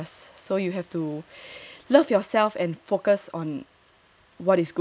love yourself and focus on what is good